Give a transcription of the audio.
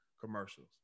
commercials